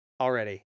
already